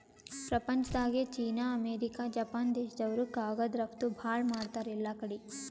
ಪ್ರಪಂಚ್ದಾಗೆ China, America, Japan ದೇಶ್ದವ್ರು ಕಾಗದ್ ರಫ್ತು ಭಾಳ್ ಮಾಡ್ತಾರ್ ಎಲ್ಲಾಕಡಿ